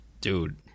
Dude